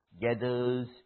gathers